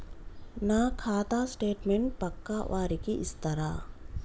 నా ఖాతా స్టేట్మెంట్ పక్కా వారికి ఇస్తరా?